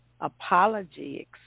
Apology